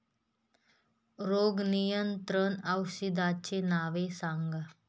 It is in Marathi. रोग नियंत्रण औषधांची नावे सांगा?